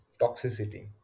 toxicity